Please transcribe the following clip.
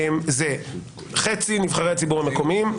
חצי נבחרי הציבור המקומיים,